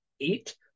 eight